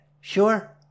Sure